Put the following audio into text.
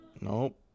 Nope